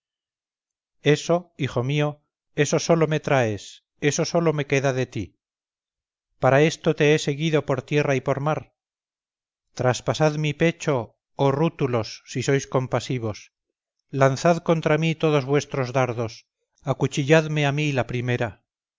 eso hijo mío eso sólo me traes eso sólo me queda de ti para esto te he seguido por tierra y por mar traspasad mi pecho oh rútulos si sois compasivos lanzad contra mí todos vuestros dardos acuchilladme a mí la primera